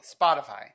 Spotify